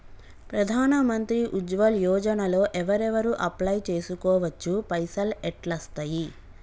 ప్రధాన మంత్రి ఉజ్వల్ యోజన లో ఎవరెవరు అప్లయ్ చేస్కోవచ్చు? పైసల్ ఎట్లస్తయి?